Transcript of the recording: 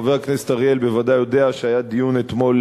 חבר הכנסת אריאל בוודאי יודע שהיה דיון אתמול